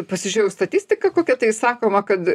pasižiūrėjau į statistiką kokią tai sakoma kad